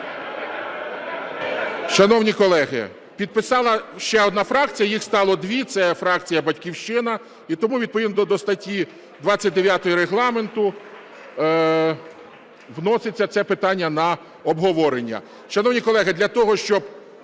Шановні колеги, підписала ще одна фракція і їх стало дві, це фракція "Батьківщина". І тому відповідно до статті 29 Регламенту вноситься це питання на обговорення.